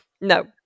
No